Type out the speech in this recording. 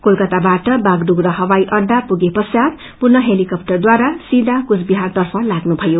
कोलकाताबाट बागडोगरा हवाई अहा पुगेपश्वात पुन हेलिकप्टरद्वारा सीया कुचविहार तर्फ लाम्नुभयो